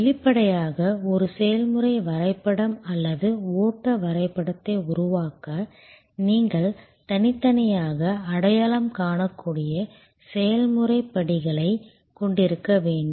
வெளிப்படையாக ஒரு செயல்முறை வரைபடம் அல்லது ஓட்ட வரைபடத்தை உருவாக்க நீங்கள் தனித்தனியாக அடையாளம் காணக்கூடிய செயல்முறை படிகளைக் கொண்டிருக்க வேண்டும்